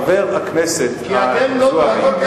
חבר הכנסת זועבי,